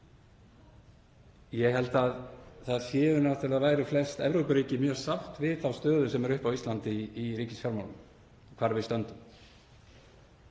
Ég held að það væru náttúrlega flest Evrópuríki mjög sátt við þá stöðu sem er uppi á Íslandi í ríkisfjármálum, hvar við stöndum.